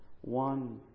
one